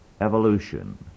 evolution